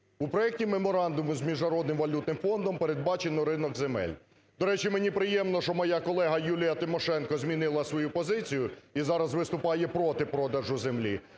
У проекті меморандуму з Міжнародним валютним фондом передбачено ринок земель. До речі, мені приємно, що моя колега Юлія Тимошенко змінила свою позицію і зараз виступає проти продажу землі.